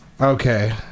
Okay